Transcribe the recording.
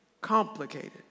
complicated